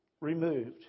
Removed